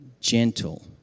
gentle